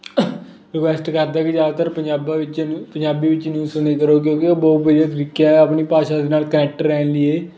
request ਕਰਦਾ ਕਿ ਜ਼ਿਆਦਾਤਰ ਪੰਜਾਬ ਵਿੱਚ ਪੰਜਾਬੀ ਵਿੱਚ ਨਿਊਜ਼ ਸੁਣਿਆ ਕਰੋ ਕਿਉਂਕਿ ਉਹ ਬਹੁਤ ਵਧੀਆ ਤਰੀਕਿਆਂ ਨਾਲ ਆਪਣੀ ਭਾਸ਼ਾ ਦੇ ਨਾਲ ਕਨੈਕਟ ਰਹਿਣ ਲੀਏ